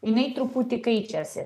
jinai truputį keičiasi